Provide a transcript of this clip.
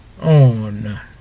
on